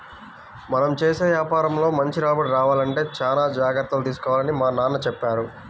మనం చేసే యాపారంలో మంచి రాబడి రావాలంటే చానా జాగర్తలు తీసుకోవాలని మా నాన్న చెప్పారు